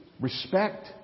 respect